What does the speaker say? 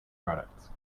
products